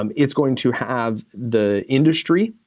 um it's going to have the industry,